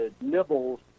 nibbles